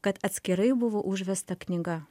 kad atskirai buvo užvesta knyga